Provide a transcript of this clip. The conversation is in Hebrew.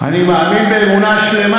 אני מאמין באמונה שלמה.